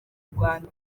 rwanda